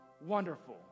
wonderful